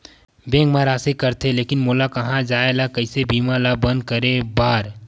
Bank मा राशि कटथे लेकिन मोला कहां जाय ला कइसे बीमा ला बंद करे बार?